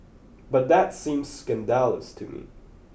but that seems scandalous to me